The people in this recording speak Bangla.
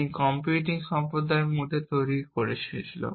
যেটি কম্পিউটিং সম্প্রদায়ের মধ্যে তৈরি হয়েছিল